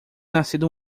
nascido